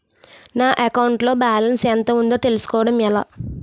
నా అకౌంట్ లో బాలన్స్ ఎంత ఉందో తెలుసుకోవటం ఎలా?